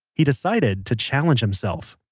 he decided to challenge himself.